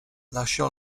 lasciò